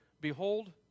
behold